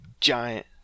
giant